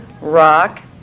Rock